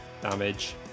Damage